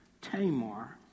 Tamar